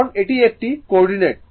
কারণ এটি একটি কোঅর্ডিনেট